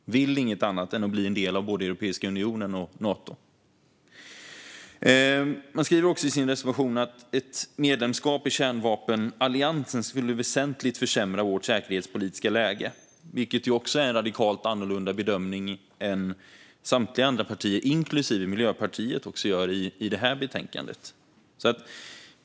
De vill ingenting annat än att bli en del av både Europeiska unionen och Nato. Man skriver också i sin reservation att ett medlemskap i kärnvapenalliansen skulle väsentligt försämra vårt säkerhetspolitiska läge. Det är också en radikalt annorlunda bedömning än samtliga andra partier - inklusive Miljöpartiet - gör i detta betänkande.